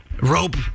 rope